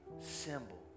symbol